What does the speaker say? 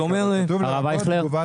זה אומר --- אבל כתוב לרבות תגובת קרב.